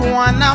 one